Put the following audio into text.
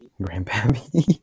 Grandpappy